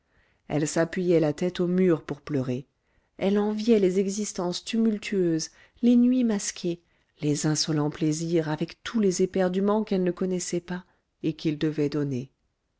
elle s'appuyait la tête aux murs pour pleurer elle enviait les existences tumultueuses les nuits masquées les insolents plaisirs avec tous les éperduments qu'elle ne connaissait pas et qu'ils devaient donner